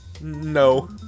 No